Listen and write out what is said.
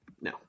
No